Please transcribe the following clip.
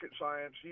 science